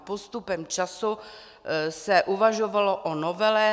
Postupem času se uvažovalo o novele.